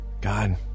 God